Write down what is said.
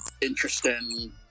interesting